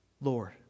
Lord